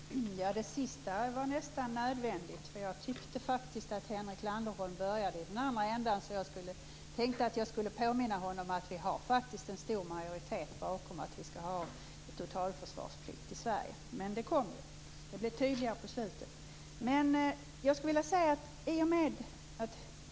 Fru talman! Det sista var nästan nödvändigt. Jag tyckte faktiskt att Henrik Landerholm började i den andra ändan, så jag tänkte att jag skulle påminna honom om att vi faktiskt har en stor majoritet bakom en totalförsvarsplikt i Sverige. Men det kom ju och blev tydligare på slutet.